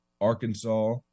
Arkansas